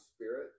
spirit